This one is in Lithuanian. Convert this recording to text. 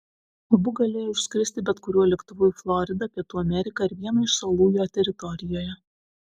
abu galėjo išskristi bet kuriuo lėktuvu į floridą pietų ameriką ar vieną iš salų jo teritorijoje